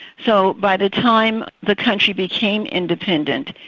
so by the time the country became independent,